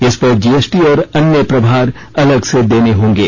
इस पर जीएसटी और अन्य प्रभार अलग से देने होंगे